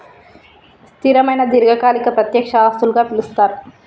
స్థిరమైన దీర్ఘకాలిక ప్రత్యక్ష ఆస్తులుగా పిలుస్తరు